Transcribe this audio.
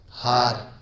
Hard